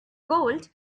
gold